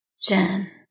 Jen